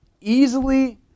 easily